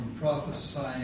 prophesying